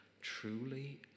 Truly